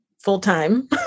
full-time